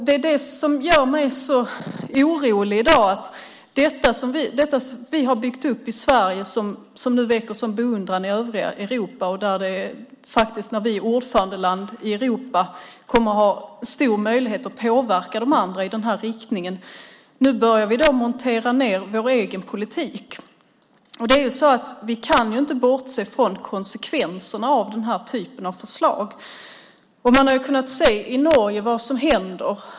Det är det som gör mig så orolig i dag. När vi är ordförandeland i Europa kommer vi att ha stor möjlighet att påverka de andra i den här riktningen, men det vi har byggt upp i Sverige och som nu väcker en sådan beundran i övriga Europa börjar vi nu montera ned. Vi kan inte bortse från konsekvenserna av den här typen av förslag. I Norge har man kunnat se vad som händer.